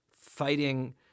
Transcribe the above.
fighting